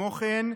כמו כן,